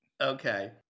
Okay